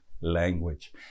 language